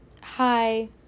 hi